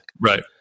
Right